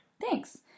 Thanks